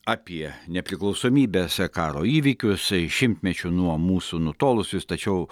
apie nepriklausomybės karo įvykius šimtmečiu nuo mūsų nutolusius tačiau